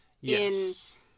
Yes